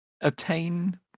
Obtain